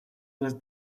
less